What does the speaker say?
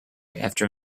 after